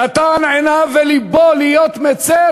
"נתן עיניו ולבו להיות מצר",